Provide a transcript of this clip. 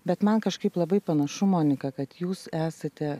bet man kažkaip labai panašu monika kad jūs esate